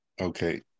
Okay